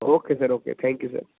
okay sir okay thank you sir